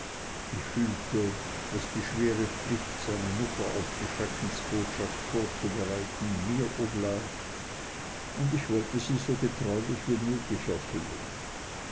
ich fühlte daß die schwere pflicht seine mutter auf die schreckensbotschaft vorzubereiten mir oblag und ich wollte sie so getreulich wie möglich erfüllen